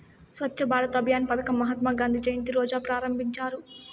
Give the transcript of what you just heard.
స్వచ్ఛ భారత్ అభియాన్ పదకం మహాత్మా గాంధీ జయంతి రోజా ప్రారంభించినారు